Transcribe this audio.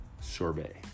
sorbet